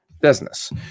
business